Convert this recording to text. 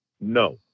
no